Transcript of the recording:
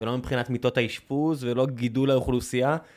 ולא מבחינת מיטות האשפוז ולא גידול האוכלוסייה.